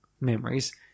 memories